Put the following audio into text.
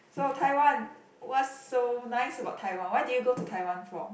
so Taiwan what's so nice about Taiwan why did you go to Taiwan for